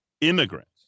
immigrants